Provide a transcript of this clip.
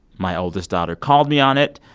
my oldest daughter called me on it.